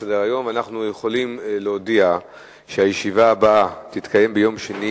בתחנה המרכזית בתל-אביב ובמקומות נוספים בנות שירות